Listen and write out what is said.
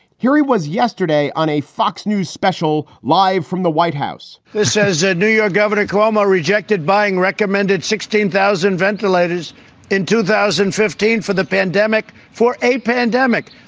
here he was yesterday on a fox news special live from the white house this is a new york governor. cuomo rejected buying recommended sixteen thousand ventilators in two thousand and fifteen for the pandemic, for a pandemic,